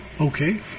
Okay